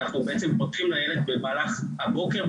אז אנחנו בעצם בודקים לילד במהלך הבוקר,